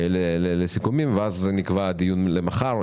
לסיכומים ואז נקבע דיון למחר.